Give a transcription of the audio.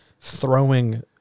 throwing